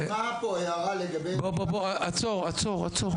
נשמעה פה הערה לגבי --- עצור, עצור, עצור.